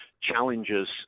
challenges